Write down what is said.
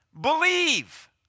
believe